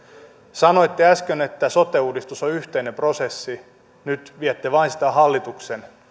sanoitte äsken että sote uudistus on yhteinen prosessi nyt viette vain sitä hallituksen